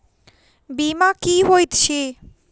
बीमा की होइत छी?